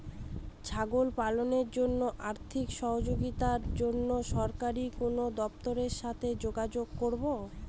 ছাগল পালনের জন্য আর্থিক সাহায্যের জন্য সরকারি কোন দপ্তরের সাথে যোগাযোগ করব?